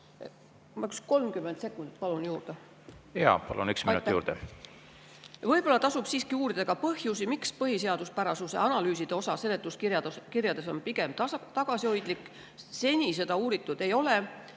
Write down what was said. Jaa, palun! Üks minut juurde. Jaa, palun! Üks minut juurde. Aitäh! Võib-olla tasub siiski uurida ka põhjusi, miks põhiseaduspärasuse analüüside osa seletuskirjades on pigem tagasihoidlik. Seni seda uuritud ei ole.